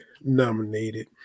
nominated